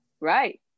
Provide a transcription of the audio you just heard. Right